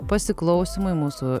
pasiklausymui mūsų